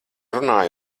runāju